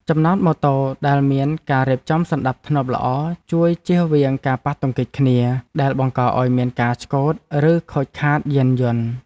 ចំណតម៉ូតូដែលមានការរៀបចំសណ្តាប់ធ្នាប់ល្អជួយជៀសវាងការប៉ះទង្គិចគ្នាដែលបង្កឱ្យមានការឆ្កូតឬខូចខាតយានយន្ត។